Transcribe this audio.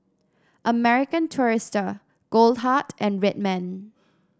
American Tourister Goldheart and Red Man